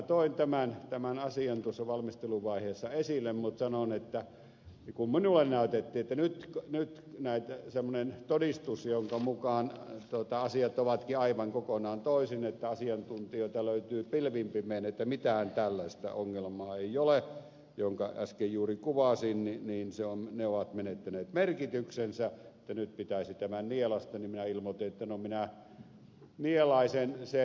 minä toin tämän asian tuossa valmisteluvaiheessa esille mutta sanon että kun minulle näytettiin että nyt semmoinen todistus jonka mukaan asiat ovatkin aivan kokonaan toisin että asiantuntijoita löytyy pilvin pimein että mitään tällaista ongelmaa jonka äsken juuri kuvasin ei ole niin ne ovat merkittäneet merkityksensä että nyt pitäisi tämä nielaista niin minä ilmoitin että minä nielaisen sen